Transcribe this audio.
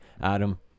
Adam